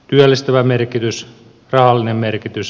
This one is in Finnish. työllistävä merkitys rahallinen merkitys